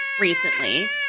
recently